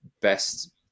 best